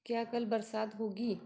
क्या कल बरसात होगी